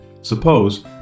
suppose